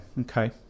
okay